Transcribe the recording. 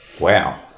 Wow